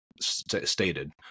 stated